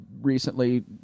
recently